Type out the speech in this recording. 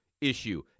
issue